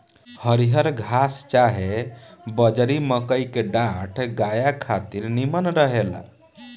हरिहर घास चाहे बजड़ी, मकई के डांठ गाया खातिर निमन रहेला